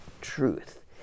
truth